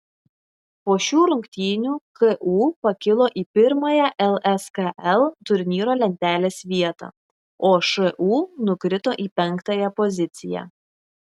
po šių rungtynių ku pakilo į pirmąją lskl turnyro lentelės vietą o šu nukrito į penktąją poziciją